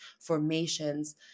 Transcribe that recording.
formations